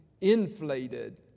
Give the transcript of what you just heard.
inflated